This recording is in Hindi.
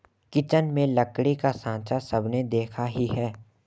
किचन में लकड़ी का साँचा सबने देखा ही है